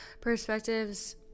perspectives